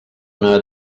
una